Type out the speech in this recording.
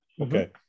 Okay